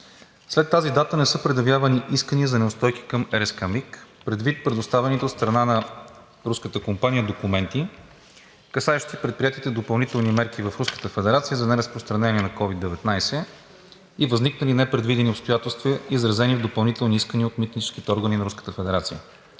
След тази дата не са предявявани искания за неустойки към РСК „МиГ“ предвид предоставените от страна на руската компания документи, касаещи предприетите допълнителни мерки в Руската федерация за неразпространение на COVID-19 и възникнали непредвидени обстоятелства, изразени в допълнителни искания от митническите органи на